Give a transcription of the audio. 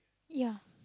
ya